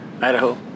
Idaho